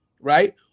right